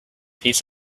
piece